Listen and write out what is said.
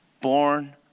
born